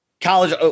College